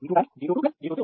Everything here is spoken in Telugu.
కాబట్టి మనకు V2G22G23 ఉంది